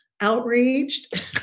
outraged